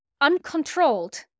uncontrolled